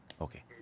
okay